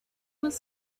was